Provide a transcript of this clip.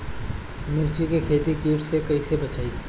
मिर्च के खेती कीट से कइसे बचाई?